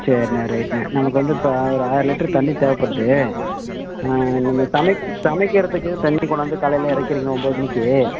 சரிண்ண ரைட்ண்ண நமக்கு வந்து இப்போ ஒரு ஆயிரம் லிட்ரு தண்ணி தேவைப்படுது நம்ம சமைக் சமைக்கிறதுக்கு தண்ணி கொண்டாந்து காலையில் இறக்கிட்றீங்க ஒம்பது மணிக்கு